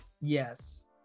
Yes